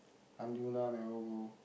until now never go